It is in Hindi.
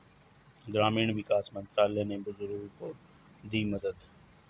ग्रामीण विकास मंत्रालय ने बुजुर्गों को दी मदद